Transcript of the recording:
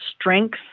strength